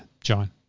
John